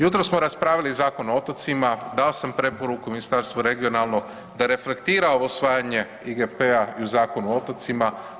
Jutros smo raspravili Zakon o otocima, dao sam preporuku Ministarstvu regionalnog da reflektira ovo usvajanje IGP-a i u Zakonu o otocima.